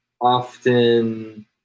Often